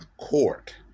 court